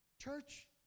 Church